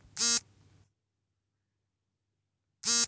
ನನ್ನ ಖಾತೆಗೆ ಹಣ ಸಂದಾಯ ಆದರೆ ಸ್ಟೇಟ್ಮೆಂಟ್ ನಲ್ಲಿ ಯಾಕೆ ತೋರಿಸುತ್ತಿಲ್ಲ?